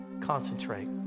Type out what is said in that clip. concentrate